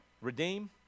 Redeem